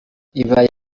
ibaye